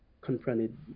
confronted